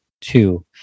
two